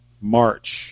march